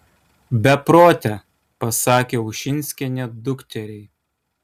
beprote pasakė ušinskienė dukteriai